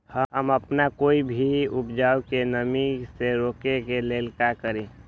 हम अपना कोई भी उपज के नमी से रोके के ले का करी?